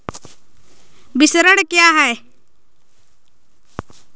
विपणन क्या है?